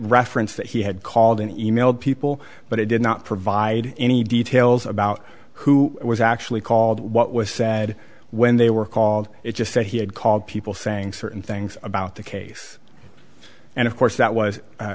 reference that he had called and emailed people but it did not provide any details about who was actually called what was said when they were called it just that he had called people saying certain things about the case and of course that was